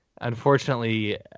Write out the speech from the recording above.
unfortunately